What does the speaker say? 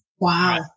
Wow